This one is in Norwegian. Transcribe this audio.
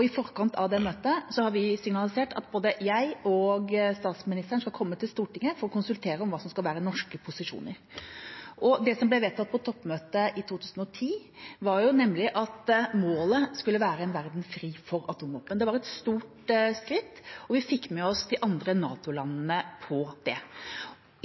I forkant av det møtet har vi signalisert at både jeg og statsministeren skal komme til Stortinget for å konsultere om hva som skal være norske posisjoner. Det som ble vedtatt på toppmøtet i 2010, var nemlig at målet skulle være en verden fri for atomvåpen. Det var et stort skritt, og vi fikk med oss de andre NATO-landene på det.